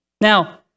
Now